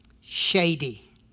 shady